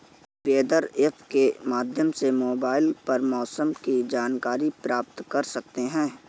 weather app के माध्यम से मोबाइल पर मौसम की जानकारी प्राप्त कर सकते हैं